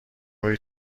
روی